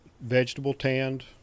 vegetable-tanned